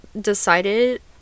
decided